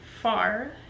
far